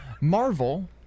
Marvel